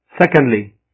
Secondly